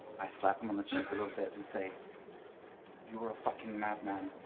i slap him on the cheek a little bit and say you are a fucking madman,